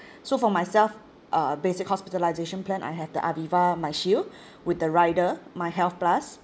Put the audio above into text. so for myself a basic hospitalisation plan I have the Aviva MyShield with the rider MyHealthPlus